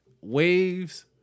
waves